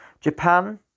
japan